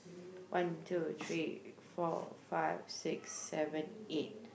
one two three four five six seven eight